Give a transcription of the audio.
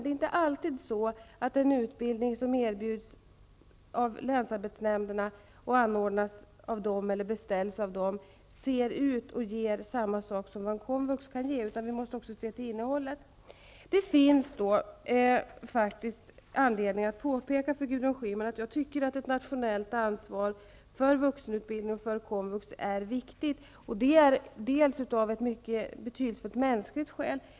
Det är inte alltid så att den utbildning som länsarbetsnämnderna erbjuder, anordnar eller beställer ger samma sak som komvux kan ge, utan vi måste också se till innehållet. Det finns då anledning att påpeka för Gudrun Schyman att ett nationellt ansvar för vuxenutbildning och för komvux är viktigt, bl.a. av ett mycket betydelsefullt, mänskligt skäl.